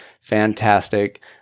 Fantastic